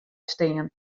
stean